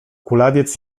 kulawiec